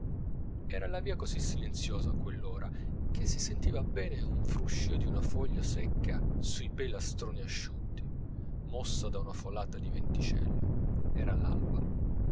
era la via così silenziosa a quell'ora che si sentiva bene un fruscìo di una foglia secca su pei lastroni asciutti mossa da una folata di venticello era l'alba